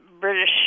British